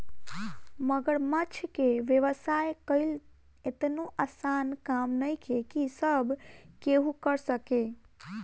मगरमच्छ के व्यवसाय कईल एतनो आसान काम नइखे की सब केहू कर सके